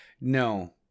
No